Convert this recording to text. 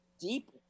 deep